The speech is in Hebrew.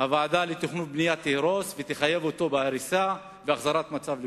הוועדה לתכנון ובנייה תהרוס ותחייב אותו בהריסה ובהחזרת המצב לקדמותו.